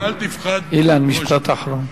אל, ואל תפחד, אילן, משפט אחרון.